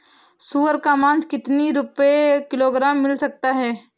सुअर का मांस कितनी रुपय किलोग्राम मिल सकता है?